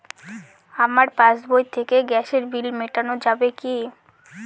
আমার পাসবই থেকে গ্যাসের বিল মেটানো যাবে কি?